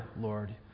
Lord